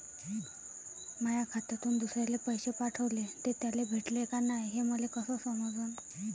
माया खात्यातून दुसऱ्याले पैसे पाठवले, ते त्याले भेटले का नाय हे मले कस समजन?